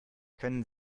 können